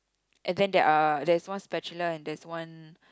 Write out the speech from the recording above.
and then there are there's small spatula and there's one